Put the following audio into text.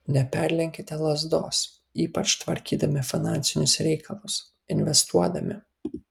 neperlenkite lazdos ypač tvarkydami finansinius reikalus investuodami